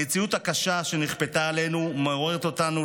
המציאות הקשה שנכפתה עלינו מעוררת אותנו